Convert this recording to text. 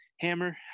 hammer